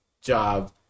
job